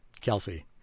Kelsey